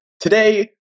Today